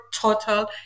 total